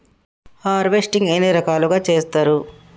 Harvesting ఎన్ని రకాలుగా చేస్తరు?